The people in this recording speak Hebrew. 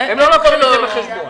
הם לא לוקחים בחשבון.